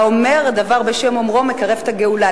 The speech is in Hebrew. האומר דבר בשם אומרו מקרב את הגאולה,